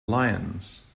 lions